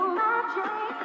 magic